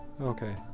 Okay